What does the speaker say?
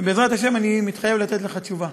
ובעזרת השם אני מתחייב לתת לך תשובה.